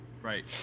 Right